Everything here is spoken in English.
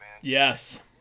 Yes